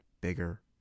bigger